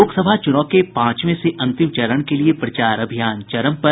लोकसभा चूनाव के पांचवे से अंतिम चरण के लिये प्रचार अभियान चरम पर